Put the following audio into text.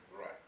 Right